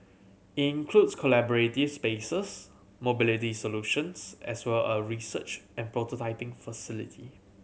it includes collaborative spaces mobility solutions as well as a research and prototyping facility